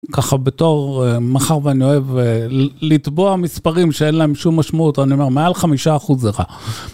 ככה בתור, מאחר ואני אוהב לטבוע מספרים שאין להם שום משמעות, אני אומר, מעל חמישה אחוז זה רע.